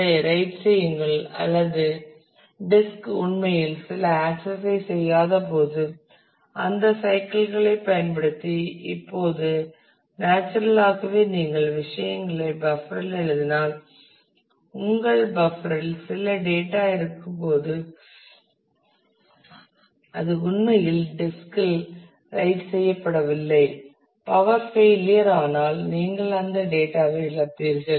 அதை ரைட் செய்யங்கள் அல்லது டிஸ்க் உண்மையில் சில ஆக்சஸ் ஐ செய்யாதபோது அந்த சைக்கிள்களை பயன்படுத்தி இப்போது நேச்சுரல் ஆகவே நீங்கள் விஷயங்களை பஃப்பர் இல் எழுதினால் உங்கள் பஃப்பர் இல் சில டேட்டா இருக்கும்போது அது உண்மையில் டிஸ்க் இல் ரைட் செய்யப்படவில்லை பவர் ஃபெயிலியர் ஆனால் நீங்கள் அந்த டேட்டா ஐ இழப்பீர்கள்